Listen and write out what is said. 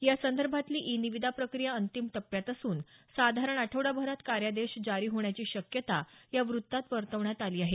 या संदर्भातली ई निविदा प्रक्रिया अंतिम टप्प्यात असून साधारण आठवडाभरात कार्यादेश जारी होण्याची शक्यता या व्रत्तात वर्तवण्यात आली आहे